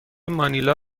مانیلا